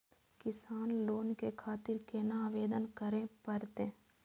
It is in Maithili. किसान लोन के खातिर केना आवेदन करें परतें?